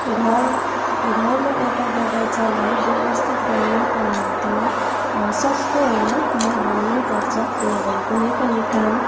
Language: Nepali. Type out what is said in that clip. घर घरमा एउटा बगैँचालाई व्यवस्थित गर्नका निम्ति सस्तो होइन महँगो नै पर्छ किनभने कुनै पनि काम